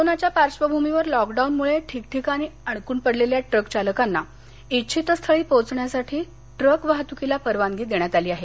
कोरोनाच्या पार्श्वभूमीवर लॉकडाऊनमुळे ठिकठिकाणी अडकून पडलेल्या ट्रकचालकांना इच्छितस्थळी पोहचण्यासाठी ट्रकवाहतूकीला परवानगी देण्यात आली आहे